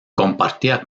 compartía